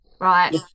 right